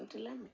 କଟିଲାନି